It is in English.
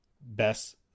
Best